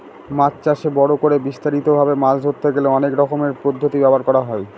মাছ চাষে বড় করে বিস্তারিত ভাবে মাছ ধরতে গেলে অনেক রকমের পদ্ধতি ব্যবহার করা হয়